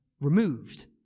removed